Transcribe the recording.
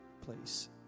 place